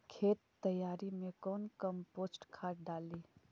खेत तैयारी मे कौन कम्पोस्ट खाद डाली?